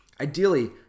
ideally